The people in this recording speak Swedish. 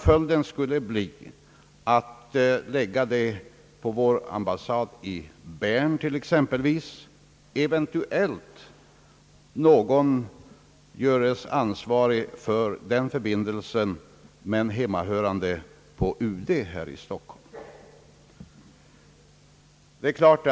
Följden skulle bli att vi måste lägga detta arbete på vår ambassad i Bern exempelvis, eventuellt att någon som är hemmahörande på UD i Stockholm görs ansvarig för förbindelsen.